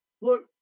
Look